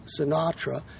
Sinatra